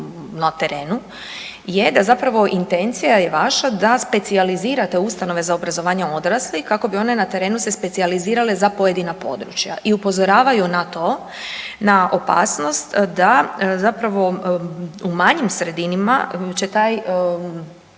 na terenu je da zapravo intencija je vaša da specijalizirate ustanove za obrazovanje odraslih kako bi one na terenu se specijalizirale za pojedina područja i upozoravaju na to, na opasnost da zapravo u manjim sredinama će taj